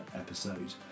episode